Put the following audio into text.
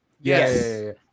Yes